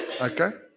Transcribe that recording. Okay